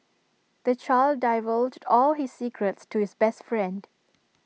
the child divulged all his secrets to his best friend